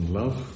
love